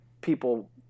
people